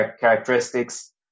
characteristics